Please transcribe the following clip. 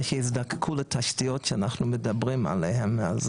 שהם יזדקקו לתשתיות שאנחנו מדברים עליהם,